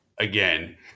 Again